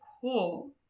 cool